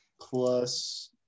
plus